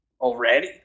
Already